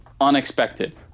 unexpected